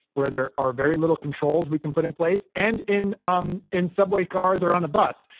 where there are very little controls we can put in place, and in um in subway cars or on the bus.